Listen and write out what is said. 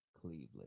Cleveland